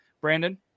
Brandon